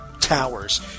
towers